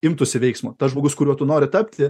imtųsi veiksmo tas žmogus kuriuo tu nori tapti